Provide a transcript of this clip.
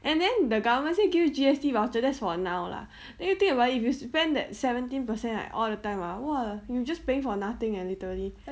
and then the government say give G_S_T vouchers that's for now lah then you think about if you spend that seventeen percent all the time ah !wah! you just paying for nothing eh literally